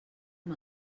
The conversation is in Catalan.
amb